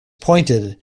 pointed